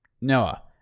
Noah